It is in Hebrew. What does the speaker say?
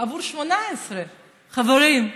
עבור 2018. חברים,